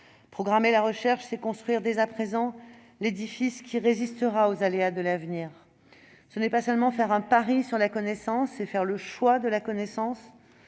Programmer la recherche, c'est construire dès à présent l'édifice qui résistera aux aléas de l'avenir. Ce n'est pas seulement faire un pari sur la connaissance, c'est faire le choix de la connaissance